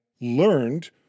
learned